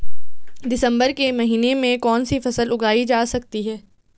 दिसम्बर के महीने में कौन सी फसल उगाई जा सकती है?